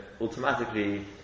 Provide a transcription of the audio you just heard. automatically